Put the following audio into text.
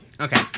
Okay